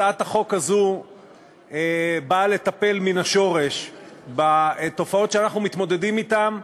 הצעת החוק הזו באה לטפל מן השורש בתופעות שאנחנו מתמודדים אתן,